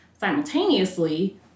simultaneously